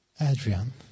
Adrian